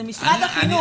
זה משרד החינוך.